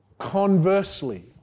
conversely